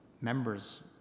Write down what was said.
members